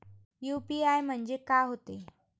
UPI म्हणजे का होते?